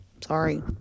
sorry